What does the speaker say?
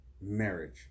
marriage